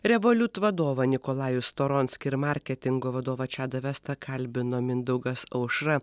revoliut vadovą nikolajų storonskį ir marketingo vadovą čadą vestą kalbino mindaugas aušra